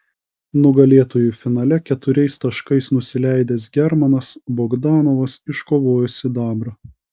nugalėtojui finale keturiais taškais nusileidęs germanas bogdanovas iškovojo sidabrą